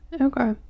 Okay